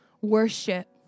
worship